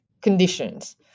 conditions